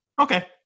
Okay